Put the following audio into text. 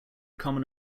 common